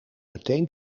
meteen